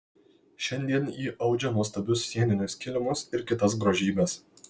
šiandien ji audžia nuostabius sieninius kilimus ir kitas grožybes